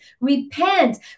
repent